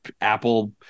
Apple